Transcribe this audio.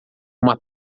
uma